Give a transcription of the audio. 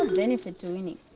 um benefit to winning.